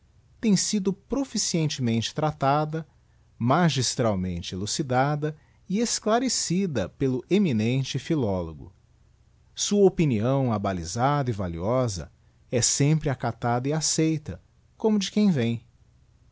tem sido proficientemente tratada magistralmente elucidada e esclarecida pelo eminente philologo sua opinião abalisada e valiosa é sempre acatada e acceita como de quem vem